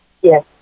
Yes